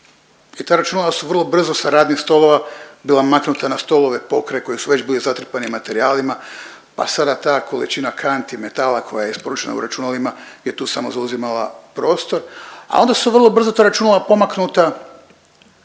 i ta računala su vrlo brzo sa radnih stolova bila maknuta na stolove pokraj koji su već bili zatrpani materijalima pa sada ta količina .../Govornik se ne razumije./... metala koja je isporučena u računalima je tu samo zauzimala prostor, a onda su vrlo brzo ta računala pomaknuta